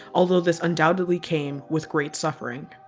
although this undoubtedly came with great suffering.